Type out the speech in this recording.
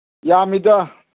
ꯌꯥꯝꯃꯤꯗ